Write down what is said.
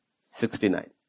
Sixty-nine